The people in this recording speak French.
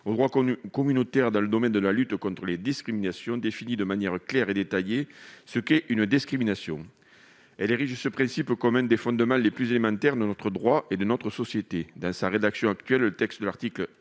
au droit communautaire dans le domaine de la lutte contre les discriminations définit de manière claire et détaillée ce qu'est une discrimination. Elle érige ce principe en l'un des fondements les plus élémentaires de notre droit et de notre société. Dans sa rédaction actuelle, l'article 1